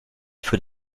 für